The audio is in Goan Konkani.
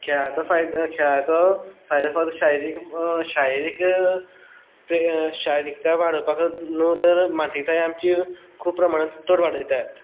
खेळाचो फायदो खेळाचो फायदो फक्त शारिरीक शारिरीक शारिरीकता वाडोपाक न्हू तर मानसीकताय आमची खूब प्रमाणांत तर वाडयतात